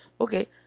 okay